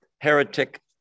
heretic